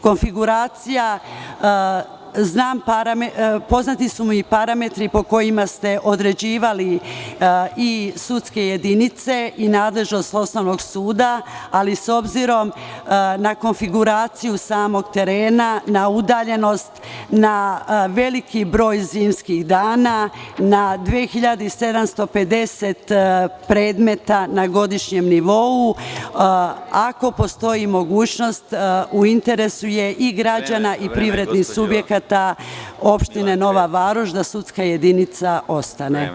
Poznati su mi parametri po kojima ste određivali i sudske jedinice i nadležnost osnovnog suda, ali s obzirom na konfiguraciju samog terena, na udaljenost, na veliki broj zimskih dana, na 2.750 predmeta na godišnjem nivou, ako postoji mogućnost u interesu je i građana i privrednih subjekata opštine Nova Varoš da sudska jedinica ostane.